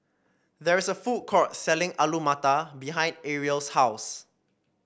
there is a food court selling Alu Matar behind Arielle's house